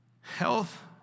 health